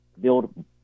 Build